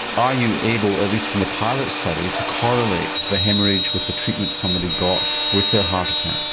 are you able, at least from the pilot study, to correlate the haemorrhage with the treatment somebody got with their heart attack?